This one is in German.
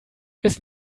ist